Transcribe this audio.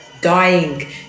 dying